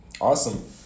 Awesome